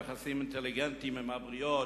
יחסים אינטליגנטיים עם הבריות,